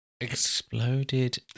Exploded